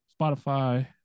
Spotify